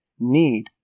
Need